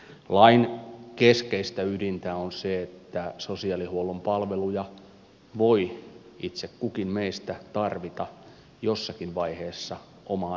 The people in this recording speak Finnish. lain keskeistä ydintä on se että sosiaalihuollon palveluja voi itse kukin meistä tarvita jossakin vaiheessa omaa elämänkaarta